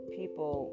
people